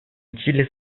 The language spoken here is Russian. чили